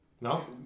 No